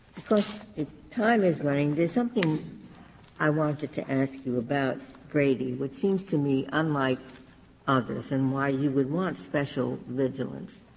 time is running. there is something i wanted to ask you about brady which seems to me unlike others and why you would want special vigilance.